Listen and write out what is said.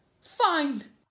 Fine